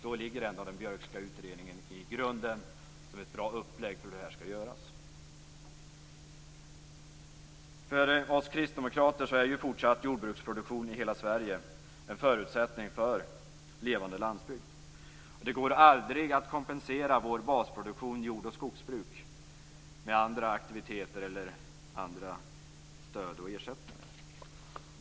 Då ligger ändå den Björkska utredningen i grunden som ett bra upplägg för hur det här skall göras. För oss kristdemokrater är ju fortsatt jordbruksproduktion i hela Sverige en förutsättning för en levande landsbygd. Det går aldrig att kompensera vår basproduktion, jord och skogsbruk med andra aktiviteter eller stöd och ersättningar.